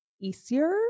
easier